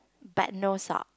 but no sock